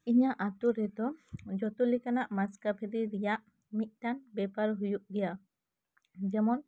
ᱤᱧᱟᱹᱜ ᱟᱹᱛᱩ ᱨᱮᱫᱚ ᱡᱚᱛᱚ ᱞᱮᱠᱟᱱᱟᱜ ᱢᱟᱥᱠᱟᱵᱟᱨᱤ ᱨᱮᱭᱟᱜ ᱢᱤᱫᱴᱟᱝ ᱵᱮᱯᱟᱨ ᱦᱩᱭᱩᱜ ᱜᱮᱭᱟ ᱡᱮᱢᱚᱱ